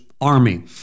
army